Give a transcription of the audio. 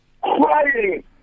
crying